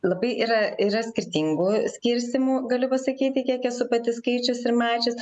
labai yra yra skirtingų skirstymų galiu pasakyti kiek esu pati skaičiusi ir mačius